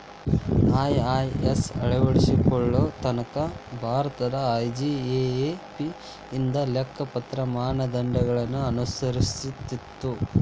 IAS ಅಳವಡಿಸಿಕೊಳ್ಳೊ ತನಕಾ Bharat IGAAP ಇಂದ ಲೆಕ್ಕಪತ್ರ ಮಾನದಂಡಗಳನ್ನ ಅನುಸರಿಸ್ತಿತ್ತು